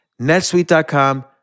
netsuite.com